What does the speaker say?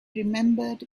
remembered